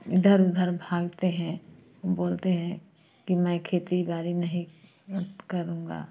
इधर उधर लगते है बोलते है की मैं खेती बाड़ी नही करूँगा